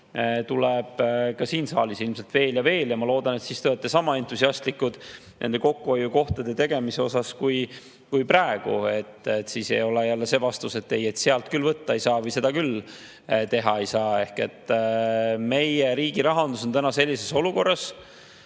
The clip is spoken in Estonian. tuleb ka siin saalis ilmselt veel ja veel ja ma loodan, et te olete siis sama entusiastlikud nende kokkuhoiukohtade [leidmise] osas kui praegu, et siis ei ole jälle see vastus, et ei, sealt küll võtta ei saa või seda küll teha ei saa. Meie riigi rahandus on täna sellises olukorras